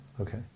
Okay